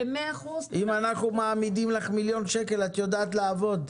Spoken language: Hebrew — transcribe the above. אם אנחנו מעמידים לך מיליון שקל את יודעת לעבוד.